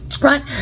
right